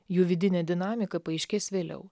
jų vidinė dinamika paaiškės vėliau